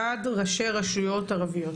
ועד ראשי רשויות ערביות.